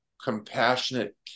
compassionate